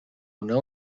não